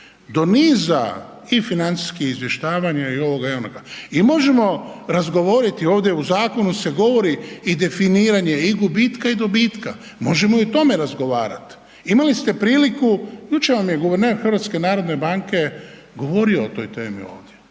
Do niza i financijskih izvještavanja i ovoga i onoga. I možemo razgovoriti ovdje, u zakonu se govori i definiranje i gubitka i dobitka. Možemo i o tome razgovarati. Imali ste priliku, jučer vam je guverner HNB-a govorio o toj temi.